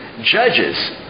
Judges